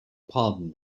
pardon